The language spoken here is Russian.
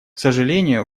сожалению